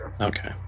okay